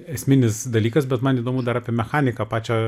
esminis dalykas bet man įdomu dar apie mechaniką pačio